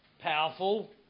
powerful